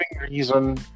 reason